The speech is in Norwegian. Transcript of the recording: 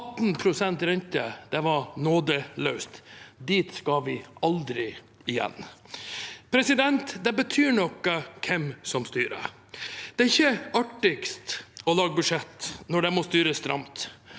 18 pst. rente var nådeløst. Dit skal vi aldri igjen. Det betyr noe hvem som styrer. Det er ikke artigst å lage budsjett når det må styres stramt,